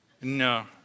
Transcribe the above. No